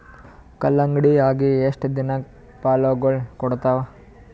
ಕಲ್ಲಂಗಡಿ ಅಗಿ ಎಷ್ಟ ದಿನಕ ಫಲಾಗೋಳ ಕೊಡತಾವ?